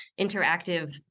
interactive